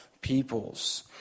peoples